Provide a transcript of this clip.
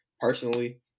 Personally